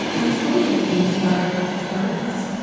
and including things like birds.